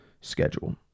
schedule